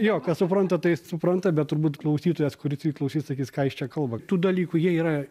jo kas supranta tai supranta bet turbūt klausytojas kuris ir klausys sakys ką jis čia kalba tų dalykų jie yra